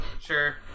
sure